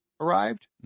arrived